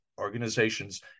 organizations